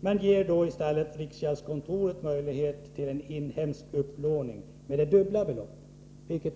men ger riksgäldskontoret möjlighet till en inhemsk upplåning med det dubbla beloppet.